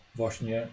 właśnie